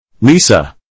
Lisa